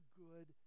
good